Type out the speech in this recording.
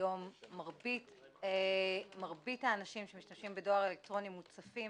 היום מרבית האנשים שמשתמשים בדואר אלקטרוני מוצפים